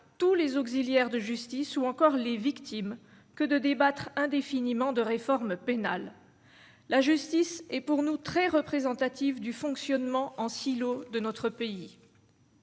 tous les auxiliaires de justice ou encore les victimes que de débattre indéfiniment de réforme pénale, la justice est pour nous très représentative du fonctionnement en silo de notre pays.